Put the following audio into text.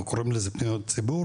אנחנו קוראים לזה פניות ציבור,